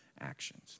actions